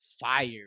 Fire